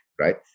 right